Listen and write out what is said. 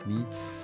Meets